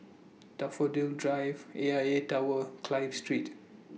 Daffodil Drive A I A Tower Clive Street